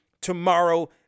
tomorrow